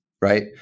right